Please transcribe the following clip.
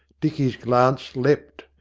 dicky's glance leapt.